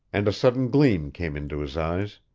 and a sudden gleam came into his eyes.